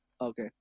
Okay